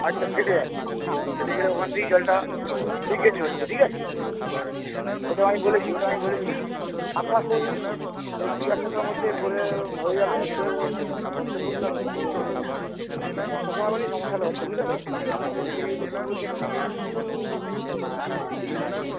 পাইপটা ফেটে যাচ্ছে ফেটে গেলে ওখান দিয়েই জলটা লিকেজ হচ্ছে ঠিক আছে ওটা আমি বলেছি ওটা আমি বলেছি আশা করি এই দুই এক সপ্তাহের মধ্যে করে হয়ে যাবে একটু করতে বলুন আর কী করবো বলুন বর্ষার সময় বলেই সমস্যাটা হচ্ছে বুঝলেন তো এদিকে ইলেকট্রিক বলছেন নেই হ্যাঁ বলছি ইলেক